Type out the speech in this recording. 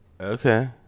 Okay